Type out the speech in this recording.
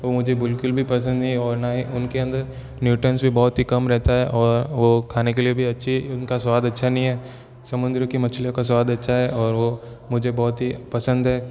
वो मझे बिलकुल भी पसंद नहीं और ना ही उनके अंदर न्यूट्रिएंट्स भी बहुत ही कम रहता है और वो खाने के लिए भी अच्छी उनका स्वाद अच्छा नहीं है समुन्द्र की मछलियों का स्वाद अच्छा है और वो मझे बहौत ही पसंद है